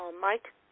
Mike